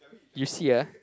you see ah